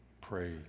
pray